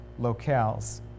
locales